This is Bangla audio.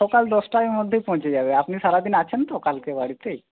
সকাল দশটার মধ্যে পৌঁছে যাবে আপনি সারাদিন আছেন তো কালকে বাড়িতেই